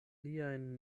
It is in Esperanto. aliajn